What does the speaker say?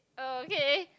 uh okay